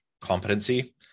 competency